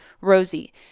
rosie